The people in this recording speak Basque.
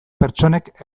pertsonek